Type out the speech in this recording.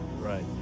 Right